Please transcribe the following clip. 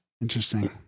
Interesting